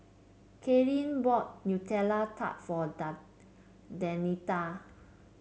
Karlene bought Nutella Tart for Danita